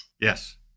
Yes